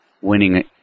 winning